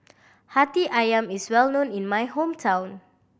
Hati Ayam is well known in my hometown